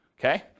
Okay